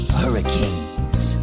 hurricanes